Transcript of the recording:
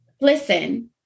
Listen